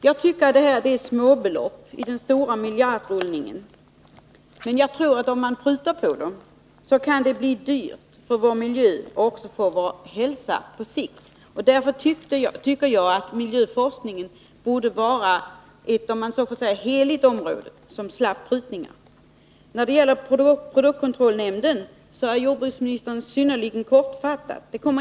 Jag tycker att det här är små belopp i den stora miljardrullningen, men om vi prutar på dem tror jag att det kan bli dyrt för vår miljö och också för vår hälsa på sikt. Därför tycker jag att miljöforskningen borde vara ett ”heligt” område, där vi skulle slippa göra prutningar. När det gäller produktkontrollnämnden är jordbruksministern synnerligen kortfattad.